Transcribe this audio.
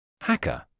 Hacker